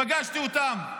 פגשתי אותם,